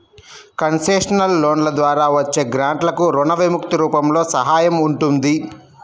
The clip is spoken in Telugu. కన్సెషనల్ లోన్ల ద్వారా వచ్చే గ్రాంట్లకు రుణ విముక్తి రూపంలో సహాయం ఉంటుంది